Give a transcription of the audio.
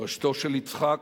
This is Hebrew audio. מורשתו של יצחק,